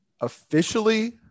officially